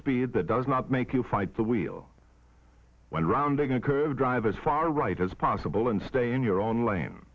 speed that does not make you fight the wheel when rounding a curve drivers far right as possible and stay in your own lan